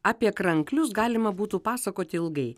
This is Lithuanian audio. apie kranklius galima būtų pasakoti ilgai